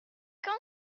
quand